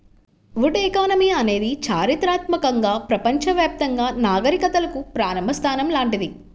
would economy అనేది చారిత్రాత్మకంగా ప్రపంచవ్యాప్తంగా నాగరికతలకు ప్రారంభ స్థానం లాంటిది